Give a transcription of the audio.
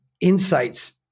insights